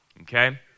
Okay